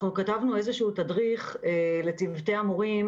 אנחנו כתבנו איזשהו תדריך לצוותי המורים